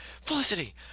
Felicity